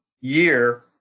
year